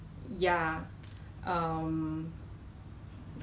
ridiculous leh